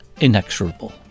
inexorable